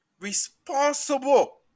responsible